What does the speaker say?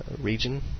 region